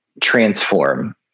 transform